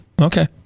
Okay